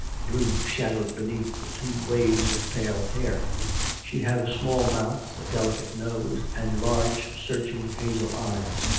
blue shadowed beneath the two waves of pale hair she had a small mouth, a delicate nose, and large, searching hazel eyes.